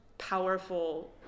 Powerful